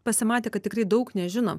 pasimatė kad tikrai daug nežinom